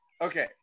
okay